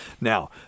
Now